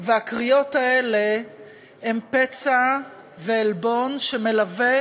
הקריאות האלה הן פצע ועלבון שמלווה